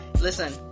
listen